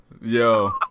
yo